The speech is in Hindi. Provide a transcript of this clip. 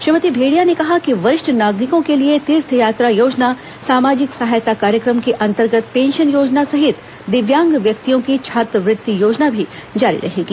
श्रीमती भेंड़िया ने कहा कि वरिष्ठ नागरिकों के लिए तीर्थयात्रा योजना सामाजिक सहायता कार्यक्रम के अंतर्गत पेंशन योजना सहित दिव्यांग व्यक्तियों की छात्रवृत्ति योजना भी जारी रहेगी